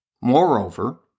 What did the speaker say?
Moreover